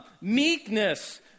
meekness